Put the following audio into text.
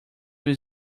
view